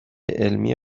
علمی